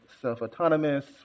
self-autonomous